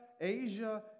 Asia